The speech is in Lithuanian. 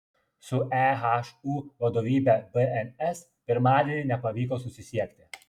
su ehu vadovybe bns pirmadienį nepavyko susisiekti